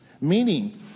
Meaning